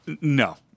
No